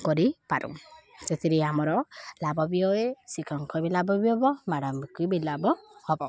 କରିପାରୁ ସେଥିରେ ଆମର ଲାଭ ବି ହଏ ଶିକ୍ଷକଙ୍କ ବି ଲାଭ ବି ହବ ମାଡ଼ାମକି ବି ଲାଭ ହବ